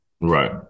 Right